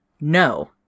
No